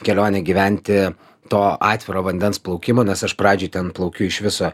kelionė gyventi to atviro vandens plaukimo nes aš pradžiai ten plaukiu iš viso